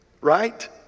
Right